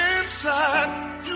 inside